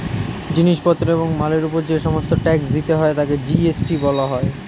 জিনিস পত্র এবং মালের উপর যে সমস্ত ট্যাক্স দিতে হয় তাকে জি.এস.টি বলা হয়